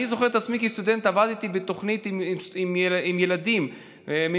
אני זוכר את עצמי כסטודנט, עבדתי עם ילדים ממשפחות